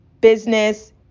business